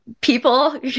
people